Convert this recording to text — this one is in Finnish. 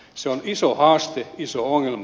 se on iso haaste iso ongelma